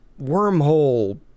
wormhole